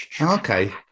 Okay